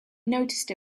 noticed